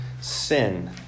sin